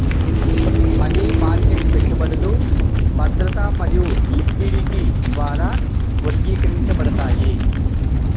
money market పెట్టుబడులు భద్రత మరియు లిక్విడిటీ ద్వారా వర్గీకరించబడతాయి